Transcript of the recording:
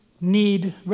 need